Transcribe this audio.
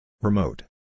Remote